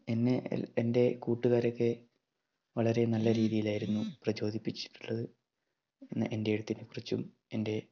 എന്നെ എൻ്റെ കൂട്ടുകാരൊക്കെ വളരെ നല്ല രീതിയിലായിരുന്നു പ്രചോദിപ്പിച്ചിട്ടുള്ളത് എൻ്റെ എഴുത്തിനെക്കുറിച്ചും എൻ്റെ